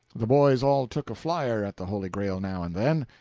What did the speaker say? the boys all took a flier at the holy grail now and then.